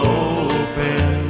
open